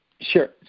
Sure